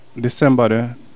December